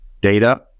data